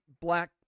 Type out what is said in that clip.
black